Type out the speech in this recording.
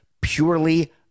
purely